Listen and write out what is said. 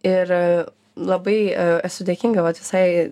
ir labai esu dėkinga vat visai